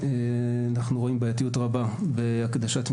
אנחנו רואים בעייתיות רבה בהקדשת תמיכות